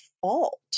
fault